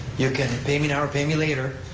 you can pay me now or pay me later,